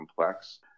complex